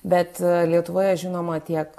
bet lietuvoje žinoma tiek